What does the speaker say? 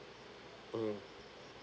mm